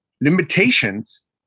limitations